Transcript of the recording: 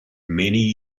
many